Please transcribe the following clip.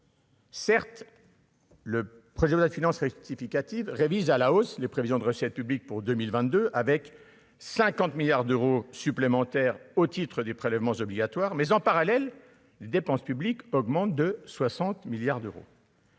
Certes, le président de la finance rectificative révise à la hausse les prévisions de recettes publiques pour 2022 avec 50 milliards d'euros supplémentaires au titre des prélèvements obligatoires, mais en parallèle, les dépenses publiques augmentent de 60 milliards d'euros.